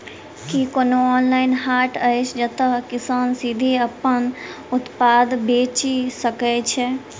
की कोनो ऑनलाइन हाट अछि जतह किसान सीधे अप्पन उत्पाद बेचि सके छै?